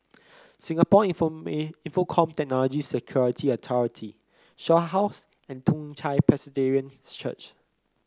Singapore Infocomm Technology Security Authority Shaw House and Toong Chai Presbyterian Church